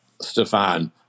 Stefan